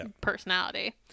personality